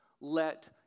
let